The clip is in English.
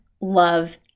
love